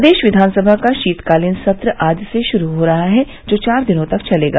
प्रदेश विधानसभा का शीतकालीन सत्र आज से शुरू हो रहा है जो चार दिनों तक चलेगा